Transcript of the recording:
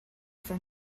for